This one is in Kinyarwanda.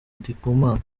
ndikumana